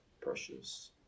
precious